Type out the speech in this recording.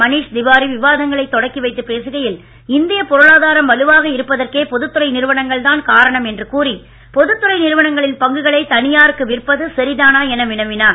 மணீஷ் திவாரி விவாதங்களைத் தொடக்கிவைத்துப் பேசுகையில் இந்தியப் பொருளாதாரம் வலுவாக இருப்பதற்கே பொதுத் துறை நிறுனங்கள்தான் காரணம் என்று கூறி பொதுத் துறை நிறுவனங்களின் பங்குகளை தனியாருக்கு விற்பது சரிதான என வினவினார்